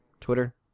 Twitter